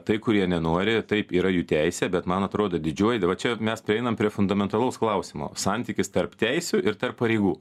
tai kurie nenori taip yra jų teisė bet man atrodo didžioji dabar čia mes prieinam prie fundamentalaus klausimo santykis tarp teisių ir tarp pareigų